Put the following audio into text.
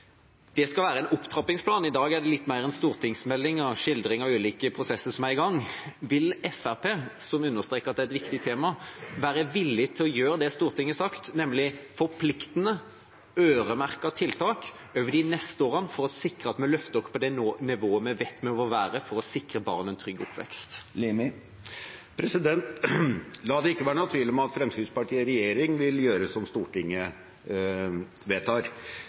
det skal være en opptrappingsplan. I dag er det litt mer en stortingsmelding og en skildring av ulike prosesser som er i gang. Vil Fremskrittspartiet, som understreker at dette er et viktig tema, være villig til å gjøre det Stortinget har sagt, nemlig å komme med forpliktende øremerkede tiltak over de neste årene for å sikre at vi løfter oss opp på det nivået hvor vi vet vi må være for å sikre barn en trygg oppvekst? La det ikke være noen tvil om at Fremskrittspartiet i regjering vil gjøre som Stortinget vedtar.